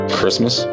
Christmas